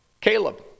Caleb